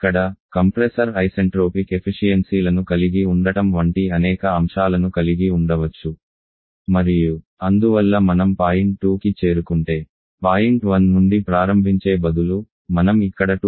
ఇక్కడ compressor isentropic ఎఫిషియెన్సీలను కలిగి ఉండటం వంటి అనేక అంశాలను కలిగి ఉండవచ్చు మరియు అందువల్ల మనం పాయింట్ 2కి చేరుకుంటే పాయింట్ 1 నుండి ప్రారంభించే బదులు మనం ఇక్కడ 2కి చేరుకోవచ్చు